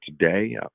today